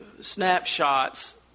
snapshots